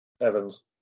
Evans